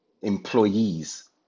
employees